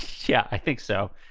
yeah, i think so